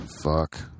fuck